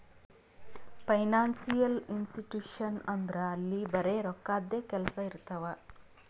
financial institution ಅಂದುರ್ ಅಲ್ಲಿ ಬರೆ ರೋಕ್ಕಾದೆ ಕೆಲ್ಸಾ ಇರ್ತಾವ